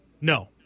No